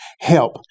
Help